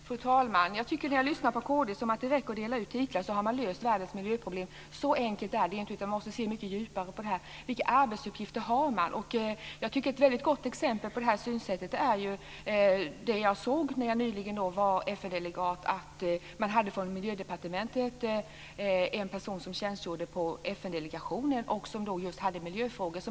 Fru talman! När jag lyssnar på kd tycker jag att det låter som att det räcker med att dela ut titlar för att lösa världens miljöproblem. Så enkelt är det inte. Man måste se mycket djupare på det här och på vilka arbetsuppgifter man har. Jag tycker att ett väldigt gott exempel på det här synsättet är det som jag såg när jag nyligen var FN delegat. Man hade en person från Miljödepartementet som tjänstgjorde på FN-delegationen; man hade en förstärkning när det gällde miljöfrågor.